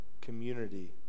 community